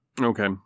Okay